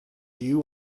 you